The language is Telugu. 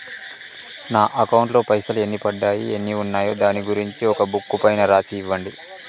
నా అకౌంట్ లో పైసలు ఎన్ని పడ్డాయి ఎన్ని ఉన్నాయో దాని గురించి ఒక బుక్కు పైన రాసి ఇవ్వండి?